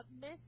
Miss